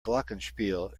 glockenspiel